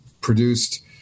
produced